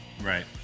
Right